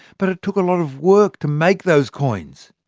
but it took a lot of work to make those coins.